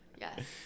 yes